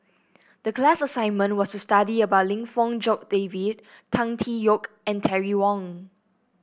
the class assignment was to study about Lim Fong Jock David Tan Tee Yoke and Terry Wong